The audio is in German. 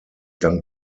dank